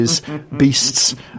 Beasts